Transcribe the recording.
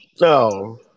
No